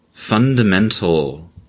fundamental